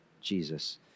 Jesus